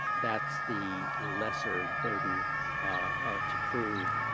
that's the lesser burden to prove